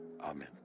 Amen